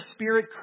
Spirit